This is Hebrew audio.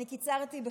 אני קיצרתי בכוונה,